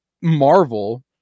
Marvel